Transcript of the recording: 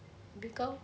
habis kau